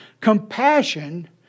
Compassion